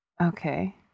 Okay